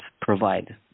provide